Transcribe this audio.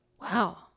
Wow